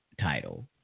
title